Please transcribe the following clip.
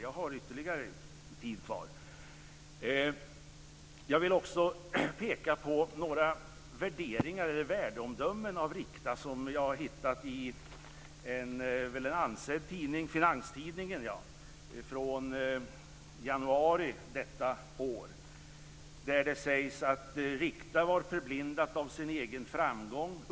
Jag vill också peka på några värdeomdömen om Rikta som jag har hittat i en ansedd tidning, Finanstidningen i januari detta år. Där sägs det att Rikta var förblindat av sin egen framgång.